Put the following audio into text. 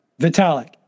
Vitalik